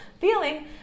feeling